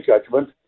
judgment